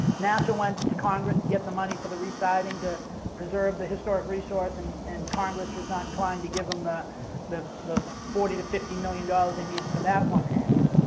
nasa went to congress to get the money for the re-siding to preserve the historic resource and, and congress was not inclined to give them the the forty to fifty million dollars they needed for that one hangar.